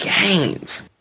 games